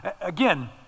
again